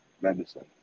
medicine